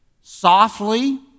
softly